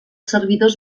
servidors